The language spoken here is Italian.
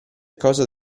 causa